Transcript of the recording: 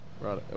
Right